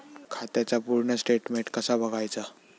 खात्याचा पूर्ण स्टेटमेट कसा बगायचा?